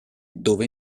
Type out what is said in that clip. dove